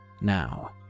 Now